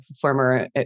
former